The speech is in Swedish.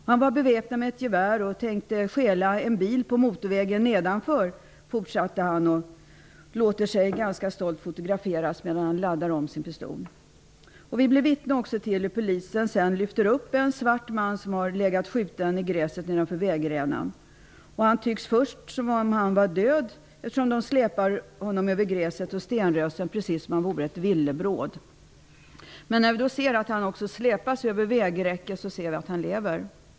Han var beväpnad med ett gevär och tänkte stjäla en bil på motorvägen nedanför, fortsätter polisen, som stolt låter sig fotograferas medan han laddar om sin pistol. Vi blir vittne till hur polisen sedan lyfter upp en svart man som legat skjuten i gräset nedanför vägrenen. Han tycks först vara död, eftersom de släpar honom över gräset och stenrösen, precis som om han vore ett villebråd. När han släpas över vägräcket, ser vi att han lever.